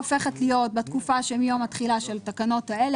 התקופה הופכת להיות בתקופה שמיום התחילה של תקנות אלה